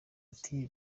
ati